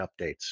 updates